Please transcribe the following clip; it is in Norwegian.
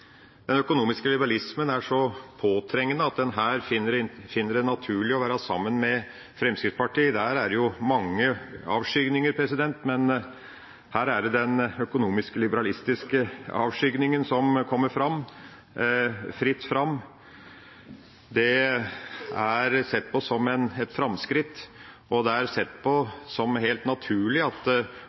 Den økonomiske liberalismen er så påtrengende at en her finner det naturlig å være sammen med Fremskrittspartiet, og der er det jo mange avskygninger, men her er det den økonomiske liberalistiske avskygningen som kommer fram – fritt fram. Det blir sett på som et framskritt, og det blir sett på som helt naturlig at